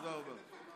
תודה רבה.